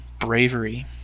Bravery